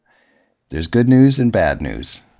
there's good news and bad news,